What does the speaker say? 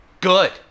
Good